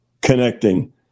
connecting